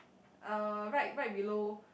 uh right right below